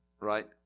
Right